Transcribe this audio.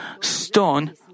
stone